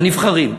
הנבחרים.